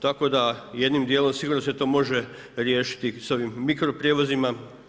Tako da jednim djelom sigurno se to može riješiti s ovim mikroprijevozima.